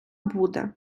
буде